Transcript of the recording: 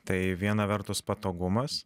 tai viena vertus patogumas